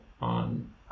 on